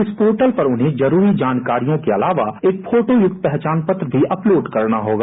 इस पोर्टल पर उन्हें जरूरी जानकारियों के अलावा एक फोटो युक्त पहचान पत्र अपलोड करना होगा